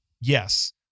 yes